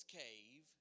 cave